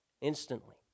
instantly